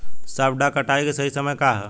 सॉफ्ट डॉ कटाई के सही समय का ह?